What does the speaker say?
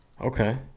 Okay